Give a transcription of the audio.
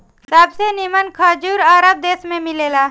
सबसे निमन खजूर अरब देश में मिलेला